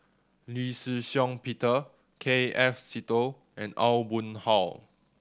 Lee Shih Shiong Peter K F Seetoh and Aw Boon Haw